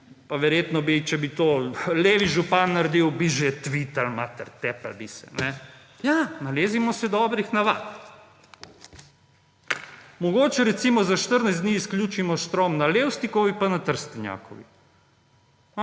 Verjetno bi, če bi to levi župan naredil, že tvitali: »Mater, tepli bi se …« Ja, »Nalezimo se dobrih navad«. Mogoče, recimo, za 14 dni izključimo štrom na Levstikovi pa na Trstenjakovi.